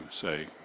say